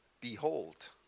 behold